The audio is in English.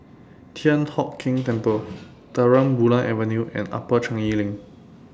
Thian Hock Keng Temple Terang Bulan Avenue and Upper Changi LINK